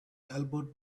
elbowed